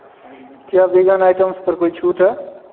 क्या vegan items पर कोई छूट है